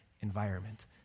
environment